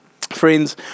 friends